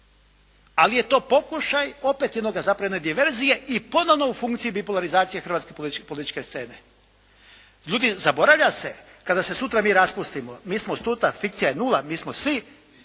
ali je to pokušaj opet zapravo jedne diverzije i ponovno u funkciji bipolarizacije hrvatske političke scene. Ljudi, zaboravlja se kada se sutra mi raspustimo mi smo sutra, fikcija je nula, mi smo svi